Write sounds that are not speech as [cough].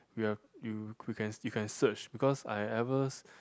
you have you [noise] you can search because I ever